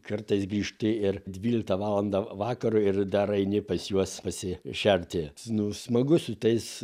kartais grįžti ir dvyliktą valandą vakaro ir dar eini pas juos pasišerti nu smagu su tais